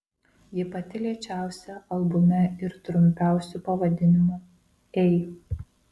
ji pati lėčiausia albume ir trumpiausiu pavadinimu ei